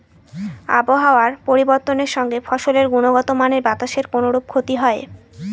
আবহাওয়ার পরিবর্তনের সঙ্গে ফসলের গুণগতমানের বাতাসের কোনরূপ ক্ষতি হয়?